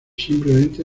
simplemente